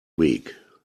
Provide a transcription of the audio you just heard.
week